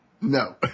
No